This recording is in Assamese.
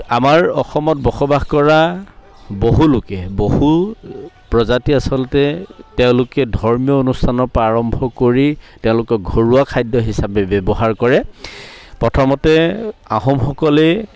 আমাৰ অসমত বসবাস কৰা বহু লোকে বহু প্ৰজাতি আচলতে তেওঁলোকে ধৰ্মীয় অনুষ্ঠানৰ পৰা আৰম্ভ কৰি তেওঁলোকৰ ঘৰুৱা খাদ্য হিচাপে ব্যৱহাৰ কৰে প্ৰথমতে আহোমসকলে